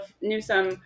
Newsom